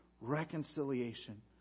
reconciliation